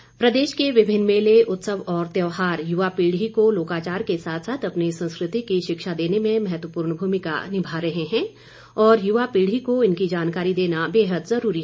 वीरेन्द्र कश्यप प्रदेश के विभिन्न मेले उत्सव और त्यौहार युवा पीढ़ी को लोकाचार के साथ साथ अपनी संस्कृति की शिक्षा देने में महत्वपूर्ण भूमिका निभा रहे हैं और युवा पीढ़ी को इनकी जानकारी देना बेहद जरूरी है